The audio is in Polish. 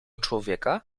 człowieka